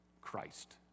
Christ